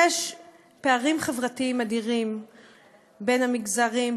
יש פערים חברתיים אדירים בין המגזרים,